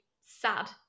sad